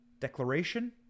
declaration